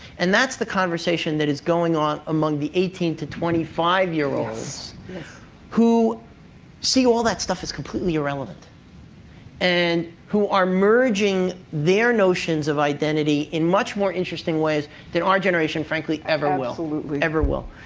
and that's the conversation that is going on among the eighteen to twenty five year olds who see all that stuff as completely irrelevant and who are merging their notions of identity in much more interesting ways than our generation, frankly, ever will, ever will.